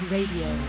Radio